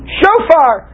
shofar